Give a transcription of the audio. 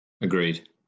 agreed